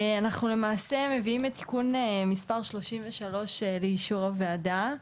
אנחנו למעשה מביאים היום את תיקון מספר 33 לאישור הוועדה.